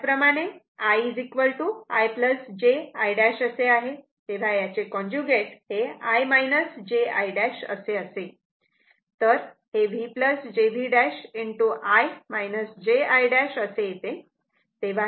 त्याचप्रमाणे I i j i' असे आहे तेव्हा याचे कॉन्जुगेट हे i j i' असे असेल तर हे v j v' i j i' असे येते